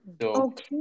Okay